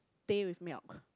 teh with milk